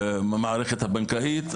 מהמערכת הבנקאית,